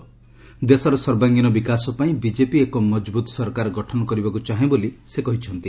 ଦେଶର ସର୍ବାଙ୍ଗୀନ ବିକାଶ ପାଇଁ ବିଜେପି ଏକ ମଜବୃତ ସରକାର ଗଠନ କରିବାକୁ ଚାହେଁ ବୋଲି ସେ କହିଛନ୍ତି